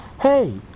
Hey